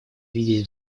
видеть